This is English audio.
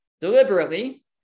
deliberately